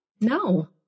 No